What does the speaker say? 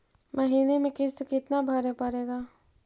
महीने में किस्त कितना भरें पड़ेगा?